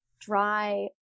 dry